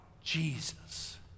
Jesus